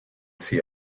see